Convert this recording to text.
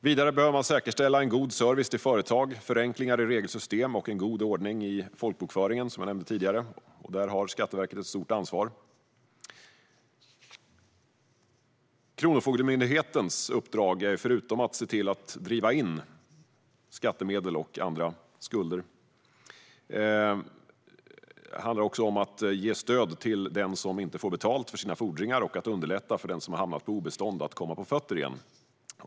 Vidare behöver man säkerställa en god service till företag, förenklingar i regelsystem och en god ordning i folkbokföringen, som jag nämnde tidigare, och där har Skatteverket ett stort ansvar. Kronofogdemyndighetens uppdrag är, förutom att driva in skattemedel och andra skulder, att ge stöd till den som inte får betalt för sina fordringar och att underlätta för den som hamnat på obestånd att komma på fötter igen.